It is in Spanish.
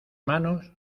manos